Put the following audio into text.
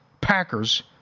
Packers